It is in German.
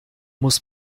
muss